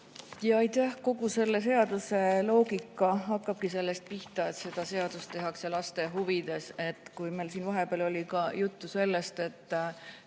Aitäh! Kogu selle seaduse loogika hakkabki sellest pihta, et seda tehakse laste huvides. Meil siin vahepeal oli ka juttu sellest, et